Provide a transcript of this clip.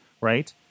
right